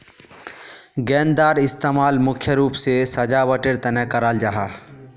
गेंदार इस्तेमाल मुख्य रूप से सजावटेर तने कराल जाहा